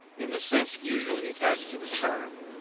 in the sense usually attached to the term,